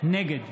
נגד